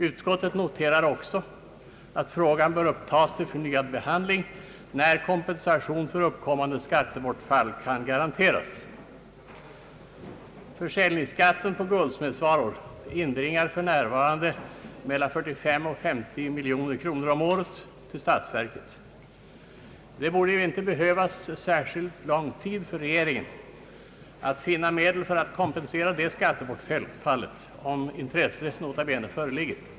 Utskottet noterar också, att frågan bör upptagas till förnyad bebandling, när kompensation för uppkommande skattebortfall kan garanteras. Försäljningsskatten på guldsmedsvaror inbringar för närvarande mellan 45 och 50 miljoner kronor om året till statsverket. Det borde inte behövas särskilt lång tid för regeringen att finna medel för att kompensera det skattebortfallet — om, nota bene, intresse föreligger.